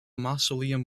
mausoleum